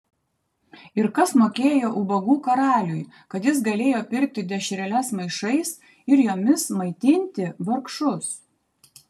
ir kas mokėjo ubagų karaliui kad jis galėjo pirkti dešreles maišais ir jomis maitinti vargšus